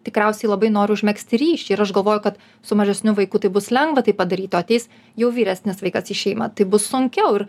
tikriausiai labai noriu užmegzti ryšį ir aš galvoju kad su mažesniu vaiku tai bus lengva tai padaryt o ateis jau vyresnis vaikas į šeimą tai bus sunkiau ir